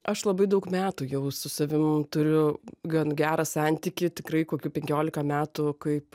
aš labai daug metų jau su savim turiu gan gerą santykį tikrai kokių penkiolika metų kaip